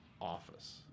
office